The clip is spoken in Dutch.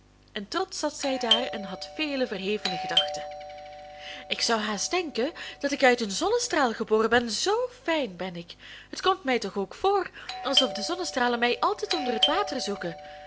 en trotsch zat zij daar en had vele verhevene gedachten ik zou haast denken dat ik uit een zonnestraal geboren ben zoo fijn ben ik het komt mij toch ook voor alsof de zonnestralen mij altijd onder het water zoeken